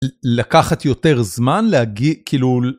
לקחת יותר זמן להגי... כאילו...